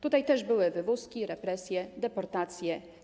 Tutaj też były wywózki, represje, deportacje.